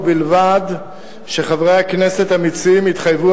ובלבד שחברי הכנסת המציעים יתחייבו,